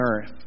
earth